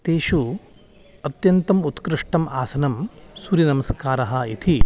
तेषु अत्यन्तम् उत्कृष्टम् आसनं सूर्यनमस्कारः इति